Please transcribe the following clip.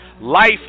life